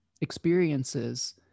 experiences